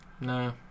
No